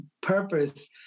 purpose